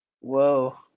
Whoa